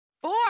four